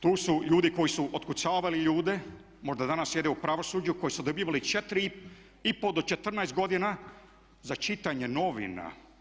Tu su ljudi koji su otkucavali ljude, možda danas sjede u pravosuđu, koji su dobivali 4 i pol do 14 godina za čitanje novina.